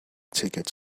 ticket